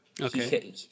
Okay